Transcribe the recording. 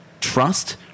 trust